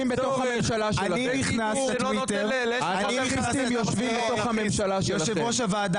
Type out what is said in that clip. יושב ראש הוועדה,